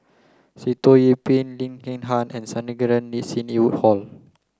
Sitoh Yih Pin Lim Peng Han and Sandrasegaran Sidney Woodhull